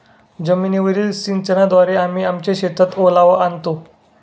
जमीनीवरील सिंचनाद्वारे आम्ही आमच्या शेतात ओलावा आणतो